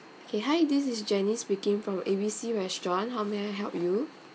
K hi this is janice speaking from A B C restaurant how may I help you